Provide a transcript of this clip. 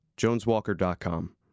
joneswalker.com